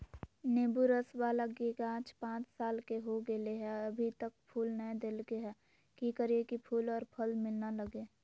नेंबू रस बाला के गाछ पांच साल के हो गेलै हैं अभी तक फूल नय देलके है, की करियय की फूल और फल मिलना लगे?